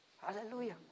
Hallelujah